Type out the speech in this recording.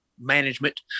management